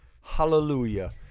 hallelujah